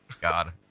God